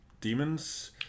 demons